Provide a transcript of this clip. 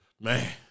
Man